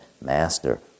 Master